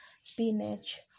spinach